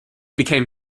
became